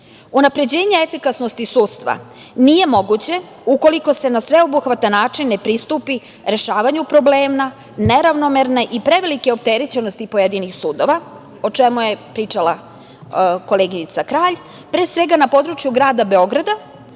primenjuju. Unapređenje efikasnosti sudstva nije moguće ukoliko se na sveobuhvatan način ne pristupi rešavanju problema neravnomerne i prevelike opterećenosti pojedinih sudova, o čemu je pričala koleginica Kralj, pre svega na području Grada Beograda.